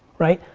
right?